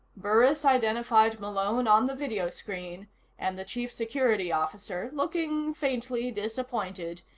burris identified malone on the video screen and the chief security officer, looking faintly disappointed,